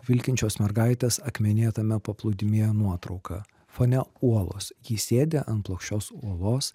vilkinčios mergaitės akmenėtame paplūdimyje nuotrauka fone uolos ji sėdi ant plokščios uolos